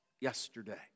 yesterday